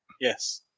Yes